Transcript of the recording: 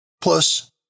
Plus